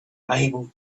able